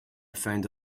found